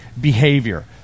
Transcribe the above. behavior